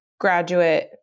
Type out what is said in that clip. graduate